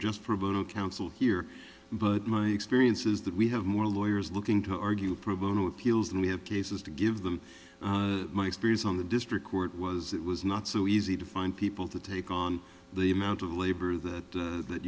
of counsel here but my experience is that we have more lawyers looking to argue pro bono appeals than we have cases to give them my experience on the district court was it was not so easy to find people to take on the amount of labor that that